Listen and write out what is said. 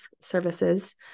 Services